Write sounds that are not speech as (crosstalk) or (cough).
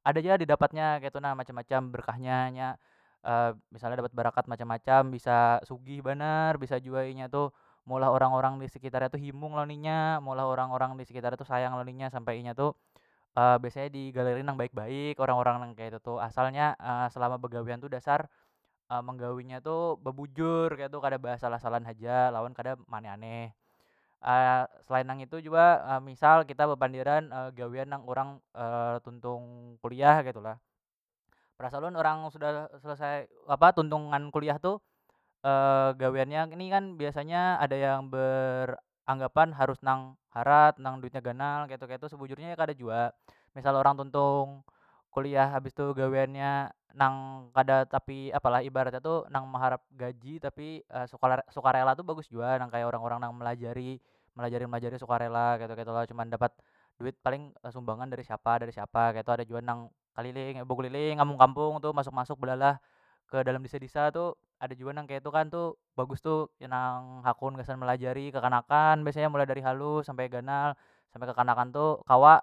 Ada jua didapat nya ketu na macam- macam berkah nya- nya (hesitation) misal dapat berkat macam- macam bisa sugih banar bisa jua inya tu meulah orang- orang disekitar nya tu himung lawan inya meolah orang- orang disekitar tu sayang lawan inya sampai inya tu (hesitation) biasanya digaleri nang baik- baik orang- orang nang keitu tu asal nya (hesitation) selama begawian tu dasar menggawi nya tu bebujur ketu kada beasal- asalan haja lawan kada meaneh- aneh (hesitation) selain nang itu jua misal kita bepandiran (hesitation) gawian nang urang (hesitation) tuntung kuliah ketu lah (unintelligible) urang sudah selesai apa tuntungan kuliah tu (hesitation) gawiannya ini kan biasanya ada yang beranggapan harus nang harat nang duitnya ganal ketu- ketu sebujurnya ya kada jua misal orang tuntung kuliah habis tu gawiannya nang kada tapi ibaratnya tu nang mengharap gaji tapi (hesitation) sukar- sukarela tu bagus jua nang kaya urang- urang nang melajari- melajari melajari sukarela ketu- ketu lo cuman dapat duit paling sumbangan dari siapa- dari siapa ketu ada jua nang keliling bekeliling kampung- kampung tu masuk- masuk belalah ke dalam desa- desa tu ada jua nang kaitu kan tu bagus tu inang hakun gasan melajari kekanakan biasanya dimulai dari halus sampai ganal sampai kekanakan tu kawa